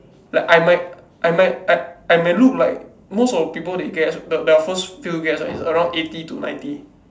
like I might I might I I may look like most of the people they guess the their first few guess ah is around eighty to ninety